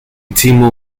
timu